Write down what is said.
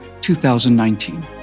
2019